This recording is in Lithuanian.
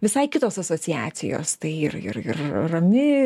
visai kitos asociacijos tai ir ir ir rami